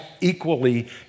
equally